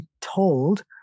told